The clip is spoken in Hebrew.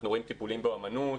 אנחנו רואים טיפולים באומנות,